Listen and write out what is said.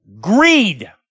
Greed